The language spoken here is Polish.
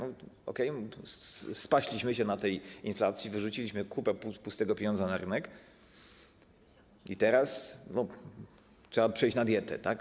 Okej, spaśliśmy się na tej inflacji, wyrzuciliśmy kupę pustego pieniądza na rynek i teraz trzeba przejść na dietę, tak?